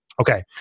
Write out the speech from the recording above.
Okay